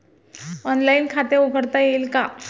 Online खाते उघडता येईल का?